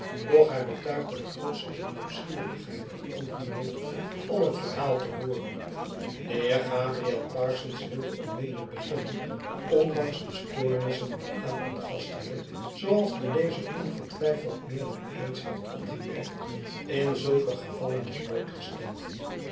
doch hij betuigde de grootste nieuwsgierigheid en ongeduld om het verhaal te hooren de heer gabriel parsons wilde onmiddellijk beginnen ondanks de stoornissen waaraan een gastheer zooals de lezer ongetwijfeld meer dan eens heeft opgemerkt in zulke gevallen is blootgesteld